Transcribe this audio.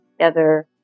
together